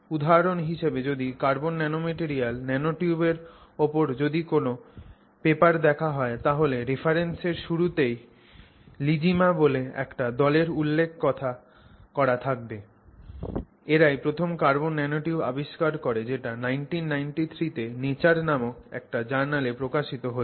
উধাহরণ হিসেবে যদি carbon nanomaterial ন্যানোটিউবের ওপর যদি কোন পেপার দেখা হয় তাহলে রেফারেন্সের শুরুতে লিজিমা বলে একটা দলের উল্লেখ করা থাকবে এরাই প্রথম কার্বন ন্যানোটিউব আবিষ্কার করে যেটা 1993 তে Nature নামক একটা জার্নালে প্রকাশিত হয়েছিল